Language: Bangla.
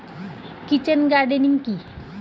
কিচেন গার্ডেনিং কি?